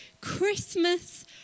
Christmas